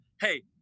hey